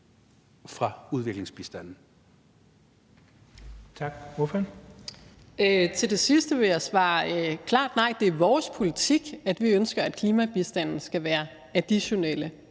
Callesen (RV): Til det sidste vil jeg svare klart nej. Det er vores politik, at vi ønsker, at klimabistanden skal være additionelle